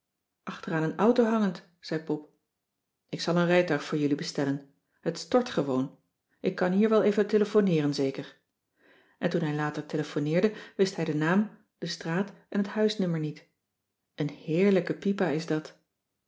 aan een auto hangend zei pop ik zal een rijtuig voor jullie bestellen het stort gewoon ik kan hier wel even telefoneeren zeker en toen hij later telefoneerde wist hij den naam de straat en het huisnummer niet een heerlijke pipa is dat